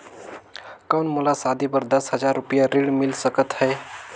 कौन मोला शादी बर दस हजार रुपिया ऋण मिल सकत है?